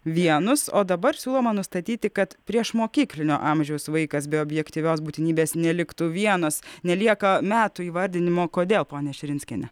vienus o dabar siūloma nustatyti kad priešmokyklinio amžiaus vaikas be objektyvios būtinybės neliktų vienas nelieka metų įvardinimo kodėl ponia širinskiene